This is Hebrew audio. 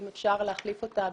אם אפשר להחליף אותה ב'מיוחדות',